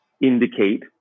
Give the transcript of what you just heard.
indicate